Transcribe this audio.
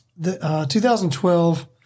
2012